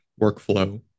workflow